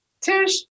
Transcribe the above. Tish